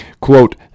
Quote